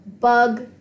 bug